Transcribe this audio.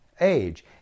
age